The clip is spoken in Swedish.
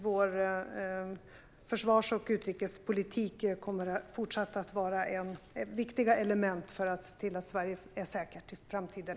Vår försvars och utrikespolitik kommer fortsatt att vara ett viktigt element för att se till att Sverige är säkert också i framtiden.